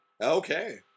Okay